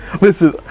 Listen